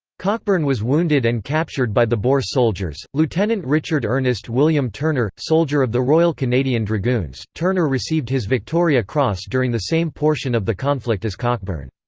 cockburn was wounded and captured by the boer soldiers lieutenant richard ernest william turner soldier of the royal canadian dragoons, turner received his victoria cross during the same portion of the conflict as cockburn.